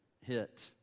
hit